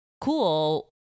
Cool